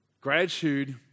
Gratitude